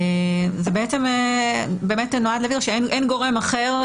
זה נועד להבהיר שאין גורם אחר,